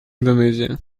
индонезия